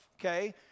Okay